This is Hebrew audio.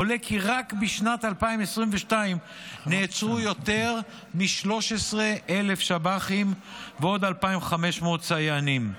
עולה כי רק בשנת 2022 נעצרו יותר מ-13,000 שב"חים ועוד 2,500 סייענים.